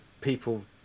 people